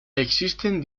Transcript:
existen